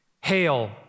Hail